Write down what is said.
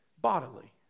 bodily